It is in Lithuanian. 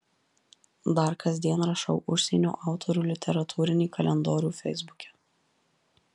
dar kasdien rašau užsienio autorių literatūrinį kalendorių feisbuke